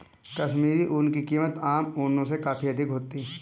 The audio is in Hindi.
कश्मीरी ऊन की कीमत आम ऊनों से काफी अधिक होती है